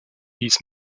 dies